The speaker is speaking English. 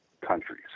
countries